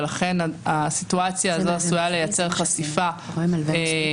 ולכן הסיטואציה הזאת עשויה לייצר חשיפה למבוטח,